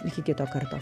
iki kito karto